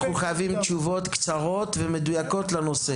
אנחנו חייבים תשובות קצרות ומדויקות לנושא.